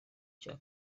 cya